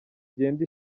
igenda